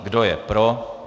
Kdo je pro?